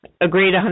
agreed